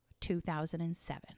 2007